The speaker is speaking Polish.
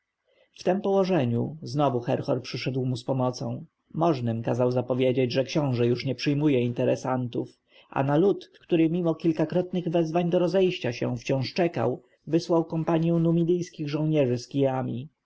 tem położeniu znowu herhor przyszedł mu z pomocą możnym kazał zapowiedzieć że książę już nie przyjmuje interesantów a na lud który mimo kilkakrotnych wezwań do rozejścia się wciąż czekał wysłał kompanję numidyjskich żołnierzy z